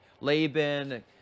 Laban